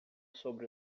sobre